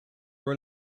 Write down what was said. were